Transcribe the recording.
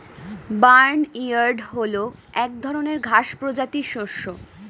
barnyard হল এক ধরনের ঘাস প্রজাতির শস্য